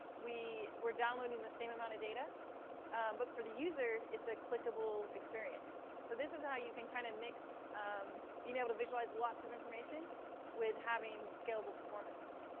we're downloading the same amount of data but for the user, it's a clickable experience. so this is how you can kind of mix being able to visualize lots of information with having scalable performance.